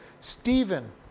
Stephen